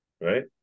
Right